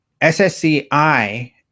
SSCI